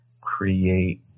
create